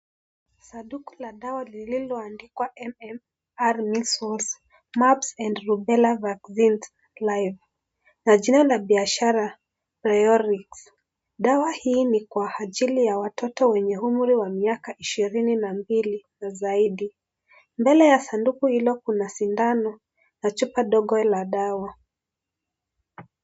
Sanduku la dawa lililoandikwa MMR, Measles, Mumphs and Rubella Vaccine, Live na jina la biashara Priorix dawa hii ni kwa ajili ya watoto wenye umri wa miaka ishirini na mbili na zaidi, mbele ya sanduku hilo kuna sindano na chupa dogo la dawa.